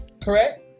correct